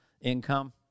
income